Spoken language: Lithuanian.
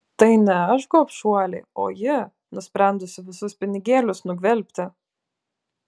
tai ne aš gobšuolė o ji nusprendusi visus pinigėlius nugvelbti